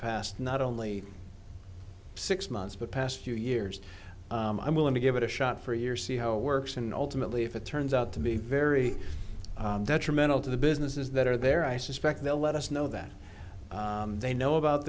past not only six months but past few years i'm willing to give it a shot for a year see how it works and ultimately if it turns out to be very detrimental to the businesses that are there i suspect they'll let us know that they know about